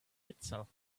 itself